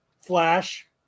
flash